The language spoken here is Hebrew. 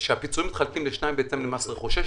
שהפיצויים מתחלקים לשניים במס רכוש יש